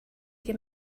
you